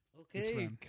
Okay